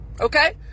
Okay